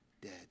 dead